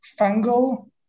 fungal